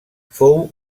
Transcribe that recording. fou